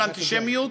של אנטישמיות,